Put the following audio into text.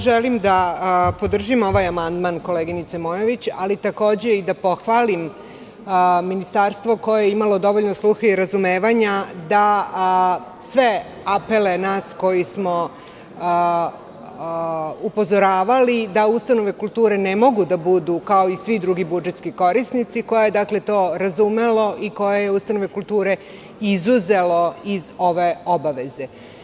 Želim da podržim ovaj amandman koleginice Mojović, ali takođe i da pohvalim ministarstvo koje imalo dovoljno sluha i razumevanja da sve apele nas koji smo upozoravali da ustanove kulture ne mogu da budu kao i svi drugi budžetski korisnici, koje je to razumelo i koje je ustanove kulture izuzelo iz ove obaveze.